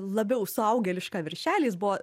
labiau suaugėlišką viršelį jis buvo